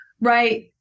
right